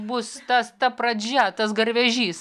bus tas ta pradžia tas garvežys